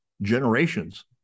generations